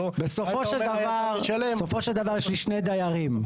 בסופו של דבר, יש לי שני דיירים.